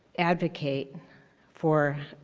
advocate for